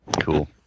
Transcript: Cool